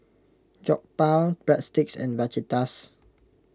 Jokbal Breadsticks and Fajitas